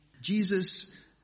jesus